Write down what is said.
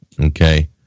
Okay